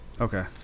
Okay